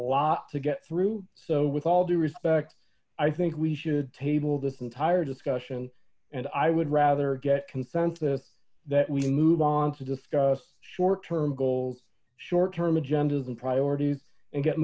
lot to get through so with all due respect i think we should table this entire discussion and i would rather get consensus that we move on to discuss short term goals short term agendas and priorities and get